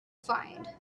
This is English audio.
find